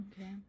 Okay